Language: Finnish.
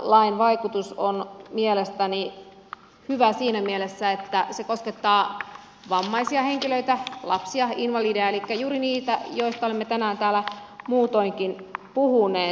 lain vaikutus on mielestäni hyvä siinä mielessä että se koskettaa vammaisia henkilöitä lapsia invalideja elikkä juuri niitä ihmisiä joista olemme tänään täällä muutoinkin puhuneet